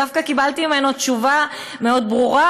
דווקא קיבלתי ממנו תשובה מאוד ברורה: